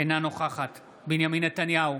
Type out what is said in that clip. אינה נוכחת בנימין נתניהו,